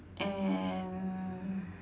and